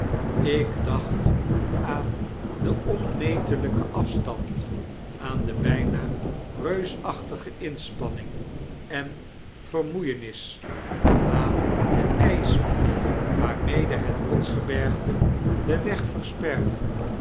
ik dacht aan den onmetelyken afstand aan de byna reusachtige inspanning en vermoeienis aan den ysmuur waarmede het rotsgebergte den weg versperde